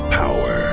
power